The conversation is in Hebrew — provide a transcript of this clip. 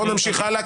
בוא נמשיך הלאה.